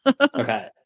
Okay